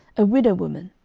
a widow woman,